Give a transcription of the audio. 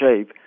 shape